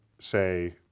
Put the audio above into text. say